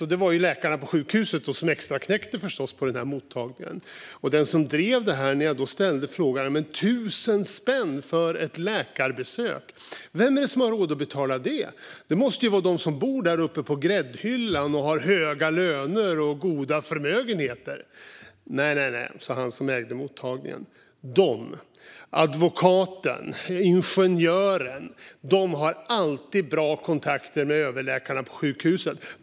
Det var förstås läkarna på sjukhuset som extraknäckte på mottagningen. Jag ställde frågan till den som drev mottagningen: Tusen spänn för ett läkarbesök, vem är det som har råd att betala det? Det måste ju vara de som bor där uppe på gräddhyllan, har höga löner och goda förmögenheter. Nej, nej, sa han som ägde mottagningen. Advokaten och ingenjören har alltid bra kontakter med överläkarna på sjukhuset.